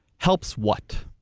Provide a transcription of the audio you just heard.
helps what?